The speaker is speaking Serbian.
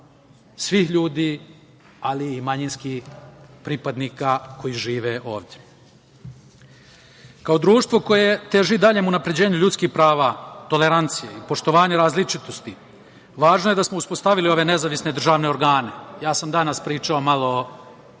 svih ljudi, ali i manjinskih pripadnika koji žive ovde. Kao društvo koje teži daljem unapređenju ljudskih prava, tolerancije i poštovanju različitosti, važno je da smo uspostavili ove nezavisne državne organe. Ja sam danas pričao malo o